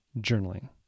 journaling